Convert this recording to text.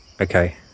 Okay